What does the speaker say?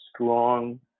strong